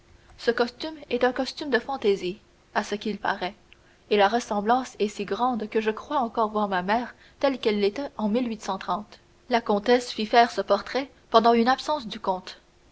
ce costume est un costume de fantaisie à ce qu'il paraît et la ressemblance est si grande que je crois encore voir ma mère telle qu'elle était en la comtesse fit faire ce portrait pendant une absence du comte